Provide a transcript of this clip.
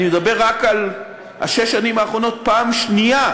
אני מדבר רק על שש השנים האחרונות, פעם שנייה.